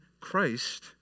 Christ